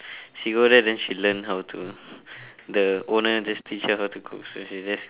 she go there then she learn how to you know the owner just teach her how to cook so she just cook